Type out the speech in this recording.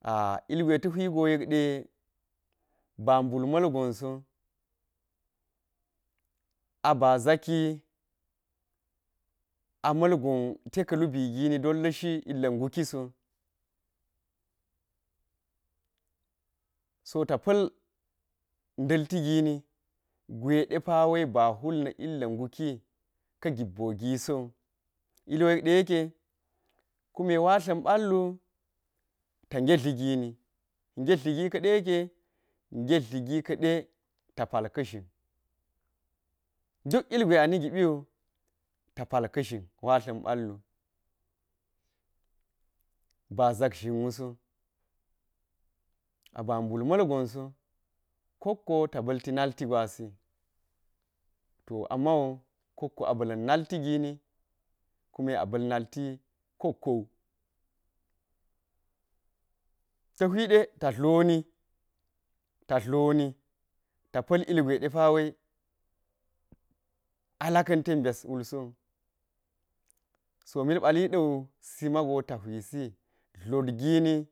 a ilgwe ta hwi go yek ɗe ba mbul mal gwanso a ba zaki ta̱ ma̱lgon te ka̱ lubi gini ten la̱shi ilga̱ nguki so, so ta pa̱l ndalti gini gwe depawe ba hwulni ilga̱ nguki so ka̱ gibboo gisowu iliwo yek de yeke kume watla̱n ba̱l wuta nge dligini inget dli gi ka̱ ɗe yeke nget dligi ka̱ɗe ta pal ka̱ zhin duk ilgwe ani giɓiwu ta pal ka̱ zhin watla̱n ballu ba zak zhin wu so a ba mbul mal gonso kokkowo ta ba̱lti nalti gwasi to amau kokko a ba̱la̱n nalti gini, kume a bal nalti kokkowu ta̱ hwi ɗe ta dloni ta dloni ta ilgwe depawe a laka̱n ten byas wulsowu, so mil bali ɗa̱u simago ta hwi dlot gini